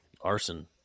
Arson